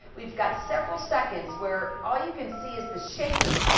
we've got several seconds where all you can see is the shaking.